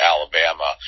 Alabama